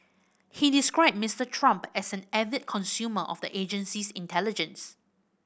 he described Mister Trump as an avid consumer of the agency's intelligence